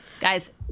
Guys